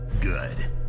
Good